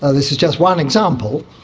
ah this is just one example,